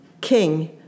king